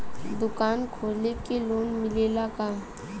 दुकान खोले के लोन मिलेला का?